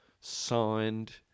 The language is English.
signed